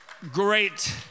great